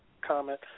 comment